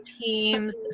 teams